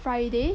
Friday